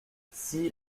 six